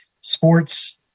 sports